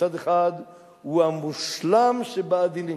מצד אחד הוא המושלם שבעדינים.